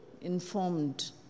informed